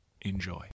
Enjoy